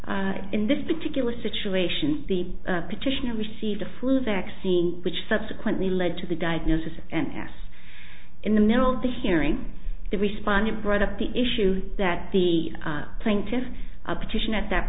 case in this particular situation the petition received a flu vaccine which subsequently led to the diagnosis and yes in the middle of the hearing the respondent brought up the issue that the plaintiffs a petition at that